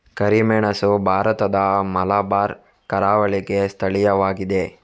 ಕರಿಮೆಣಸು ಭಾರತದ ಮಲಬಾರ್ ಕರಾವಳಿಗೆ ಸ್ಥಳೀಯವಾಗಿದೆ